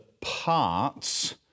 parts